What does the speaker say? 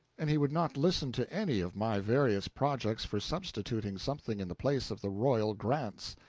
and he would not listen to any of my various projects for substituting something in the place of the royal grants.